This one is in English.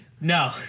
No